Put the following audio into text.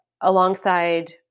alongside